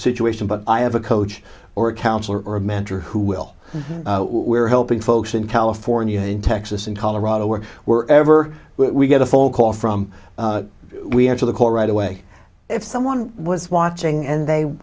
situation but i have a coach or a counselor or a mentor who will we're helping folks in california in texas in colorado where we're ever we get a phone call from we answer the call right away if someone was watching and they